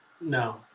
No